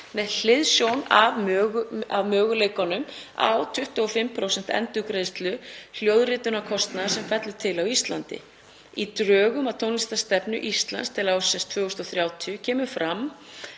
með hliðsjón af möguleikunum á 25% endurgreiðslu hljóðritunarkostnaðar sem fellur til á Íslandi. Í drögum að tónlistarstefnu Íslands til ársins 2030 kemur fram